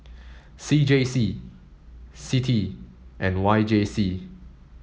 C J C CITI and YJC